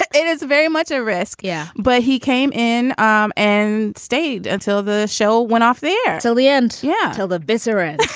it is very much a risk. yeah, but he came in um and stayed until the show went off the air so the end. yeah, till the bitter end.